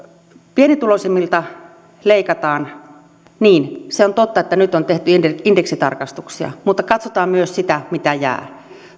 pienituloisimmilta leikataan niin se on totta että nyt on tehty indeksitarkistuksia mutta katsotaan myös sitä mitä jää